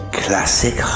classic